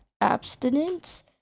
abstinence